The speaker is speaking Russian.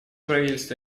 правительство